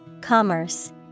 Commerce